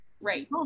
right